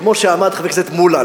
כמו שעמד חבר הכנסת מולה,